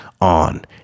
on